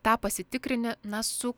tą pasitikrini na su